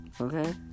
okay